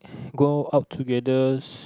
go out togethers